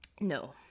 No